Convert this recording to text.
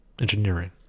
engineering